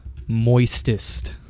moistest